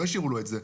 לא השאירו לו את זה.